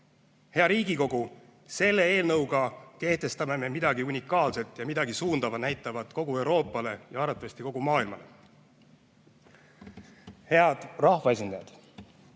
Hea Riigikogu! Selle eelnõuga kehtestame me midagi unikaalset ja midagi suunda näitavat kogu Euroopale ja arvatavasti kogu maailmale. Head rahvaesindajad!